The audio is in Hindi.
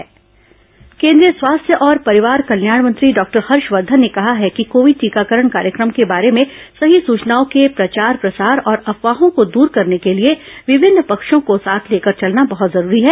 हर्षवर्धन कोविड टीकाकरण केन्द्रीय स्वास्थ्य और परिवार कल्याण मंत्री डॉक्टर हर्षवर्धन ने कहा है कि कोविड टीकाकरण कार्यक्रम के बारे में सही सूचनाओं के प्रचार प्रसार और अफवाहों को दूर करने के लिए विभिन्न पक्षों को साथ लेकर चलना बहृत जरूरी है